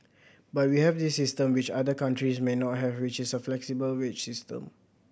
but we have this system which other countries may not have which is a flexible wage system